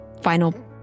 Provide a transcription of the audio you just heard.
final